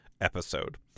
episode